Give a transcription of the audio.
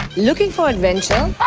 looking for adventure.